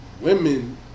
women